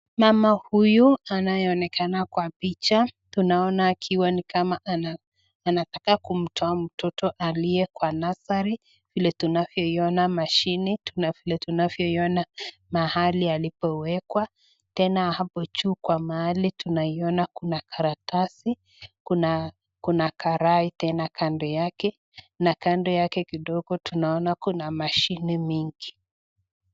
Mama huyu anayeonekana kwa picha, tunaona akiwa nikama anataka kumtoa mtoto alie kwa (nursery) vile tunavyoiona mashini tunavyoiona mahali alipowekwa tena hapo juu kwa mahali tunaiona kuna karatasi, kuna karai tena kando yake na kando yake kidogo tunaona kuna mashini mingi.